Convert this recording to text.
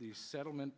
the settlement